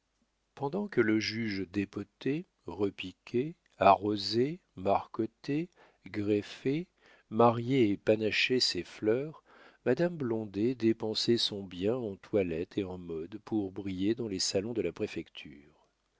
pendant que le juge dépotait repiquait arrosait marcottait greffait mariait et panachait ses fleurs madame blondet dépensait son bien en toilettes et en modes pour briller dans les salons de la préfecture